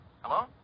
Hello